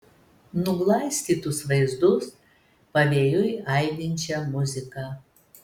nuglaistytus vaizdus pavėjui aidinčią muziką